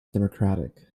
democratic